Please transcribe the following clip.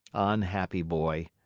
unhappy boy!